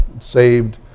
saved